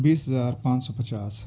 بیس ہزار پانچ سو پچاس